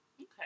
okay